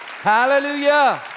Hallelujah